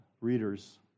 readers